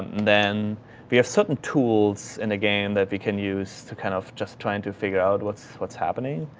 then we have certain tools in the game that we can use to kind of just trying to figure out what's, what's happening.